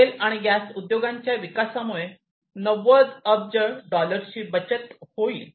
तेल आणि गॅस उद्योगांच्या विकासामुळे 90 अब्ज डॉलर्सची बचत होईल